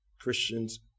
Christians